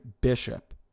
Bishop